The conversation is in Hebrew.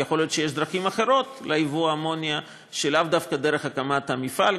יכול להיות שיש דרכים אחרות לייבוא האמוניה שלאו דווקא דרך הקמת המפעל,